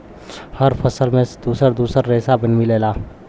हर फल में दुसर दुसर रेसा मिलेला